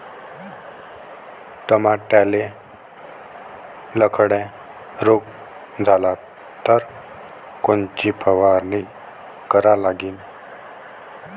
टमाट्याले लखड्या रोग झाला तर कोनची फवारणी करा लागीन?